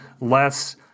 less